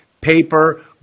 paper